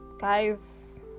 guys